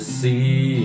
see